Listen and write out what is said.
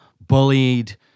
bullied